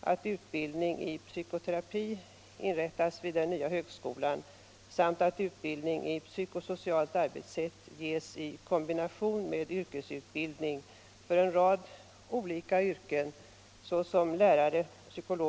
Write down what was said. att utbildning i psykoterapi inrättas vid den nya högskolan samt att utbildning i psykosocialt arbetssätt ges i kombination med yrkesutbildning för en rad olika yrken såsom lärare, psykolog.